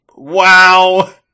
wow